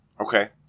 Okay